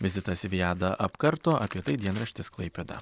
vizitas į vijadą apkarto apie tai dienraštis klaipėda